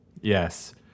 Yes